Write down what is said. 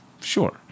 Sure